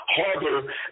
harbor